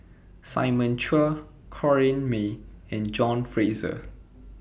Simon Chua Corrinne May and John Fraser